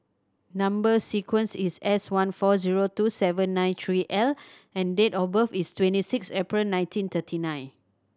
number sequence is S one four zero two seven nine three L and date of birth is twenty six April nineteen thirty nine